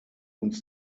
uns